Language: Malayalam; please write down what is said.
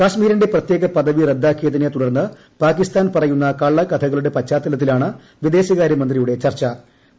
കശ്മീരിന്റെ പ്രത്യേക പദവി റദ്ദാക്കിയതിനെ തുടർന്ന് പാകിസ്ഥാൻ പറയുന്ന കള്ളക്കഥകളുടെ പശ്ചാത്തലത്തിലാണ് വിദേശകാരൃമന്ത്രിയുടെ ചർച്ചു